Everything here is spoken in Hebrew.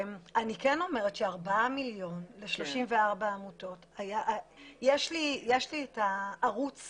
אני כן אומרת שארבעה מיליון ל-34 עמותות יש לי את ערוץ